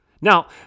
Now